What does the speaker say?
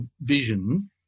vision